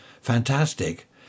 Fantastic